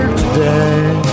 today